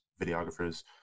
videographers